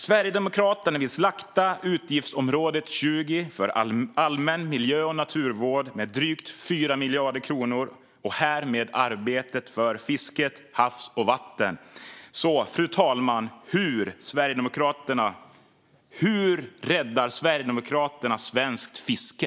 Sverigedemokraterna vill slakta Utgiftsområde 20 Allmän miljö och naturvård med drygt 4 miljarder kronor och härmed arbetet för fiske, hav och vatten. Fru talman! Hur räddar Sverigedemokraterna svenskt fiske?